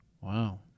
Wow